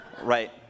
Right